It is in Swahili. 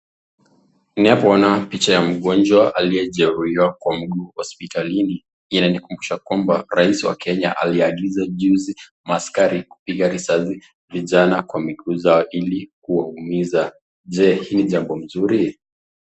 Ninapo ona picha ya mgonjwa aliye jeruhiwa kwa mguu hospitalini, inanikumbusha kwamba rais wa Kenya aliagiza juzi ma askari kupiga risasi vijana kwa mguu zao ili kuwaumiza. Jee, hii ni jambo mzuri?